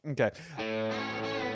Okay